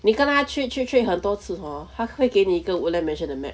你跟他去去 train 很多次 hor 他会给你一个 woodland mansion 的 map